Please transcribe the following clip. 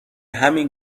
همین